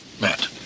Matt